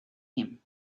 him